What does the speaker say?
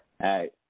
Hey